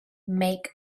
make